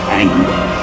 anger